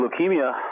leukemia